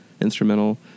instrumental